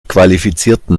qualifizierten